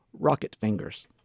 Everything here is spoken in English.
Rocketfingers